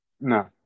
No